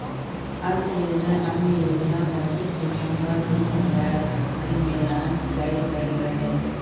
अंत्योदय अन्न योजना पच्चीस दिसम्बर दु हजार इस्बी मे लांच कएल गेल रहय